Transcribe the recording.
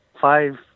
five